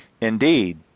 Indeed